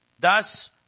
Thus